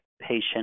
patient